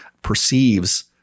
perceives